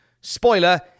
Spoiler